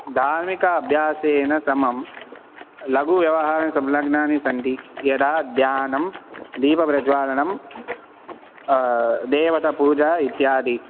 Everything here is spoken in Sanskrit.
धार्मिक अब्यासेन समं लघुव्यवहारानि संलग्नानि सन्ति यदा ध्यानं दीपप्रज्वालनं देवतपूजा इत्यादि